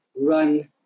run